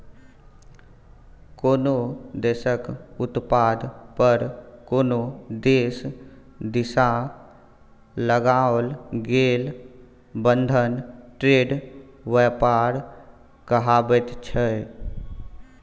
कोनो देशक उत्पाद पर कोनो देश दिससँ लगाओल गेल बंधन ट्रेड व्यापार कहाबैत छै